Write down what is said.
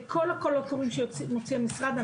כל הקולות הקוראים שמוציא המשרד,